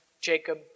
Jacob